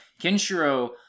Kenshiro